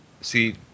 See